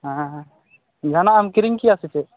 ᱦᱮᱸ ᱡᱟᱦᱟᱱᱟᱜ ᱮᱢ ᱠᱤᱨᱤᱧ ᱠᱮᱭᱟ ᱥᱮ ᱪᱮᱫ